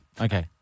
Okay